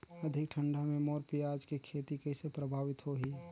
अधिक ठंडा मे मोर पियाज के खेती कइसे प्रभावित होही?